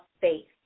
faith